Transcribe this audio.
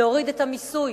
להוריד את המיסוי